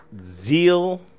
zeal